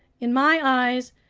in my eyes,